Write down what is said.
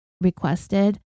requested